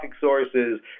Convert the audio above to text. sources